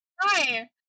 Hi